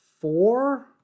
four